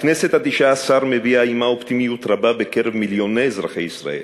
הכנסת התשע-עשרה מביאה עמה אופטימיות רבה בקרב מיליוני אזרחי ישראל.